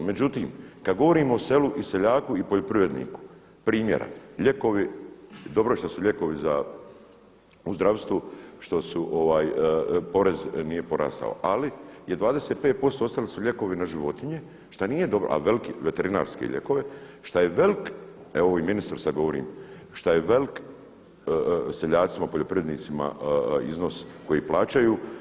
Međutim kada govorimo o selu i seljaku i poljoprivredniku, primjera, lijekovi, i dobro je što su lijekovi u zdravstvu, što su porez nije porastao ali je 25% ostali su lijekovi na životinje šta nije dobro, a veterinarski lijekovi, šta je i veliki, evo i ministru sada govorim, šta je velik seljacima poljoprivrednicima iznos koji plaćaju.